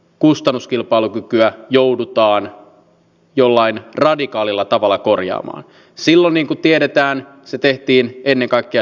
kustannuskilpailukykyä joudutaan jollain radikaalilla tavalla korjaamaan sillonin tiedetään se tehtiin ennen kaikkea